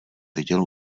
viděl